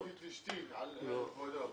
איבדתי את אישתי, כבודו.